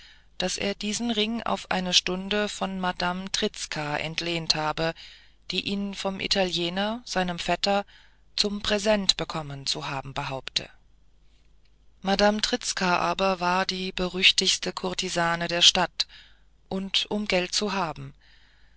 daß er diesen ring auf eine stunde von madame trizka entlehnt habe die ihn vom italiener seinem vetter zum präsent bekommen zu haben behaupte madame trizka aber war die berüchtigte kurtisane der stadt und um geld zu haben